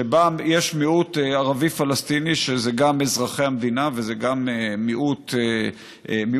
שבה יש מיעוט ערבי פלסטיני שזה גם אזרחי המדינה וזה גם מיעוט לאומי,